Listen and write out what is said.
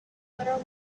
little